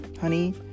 Honey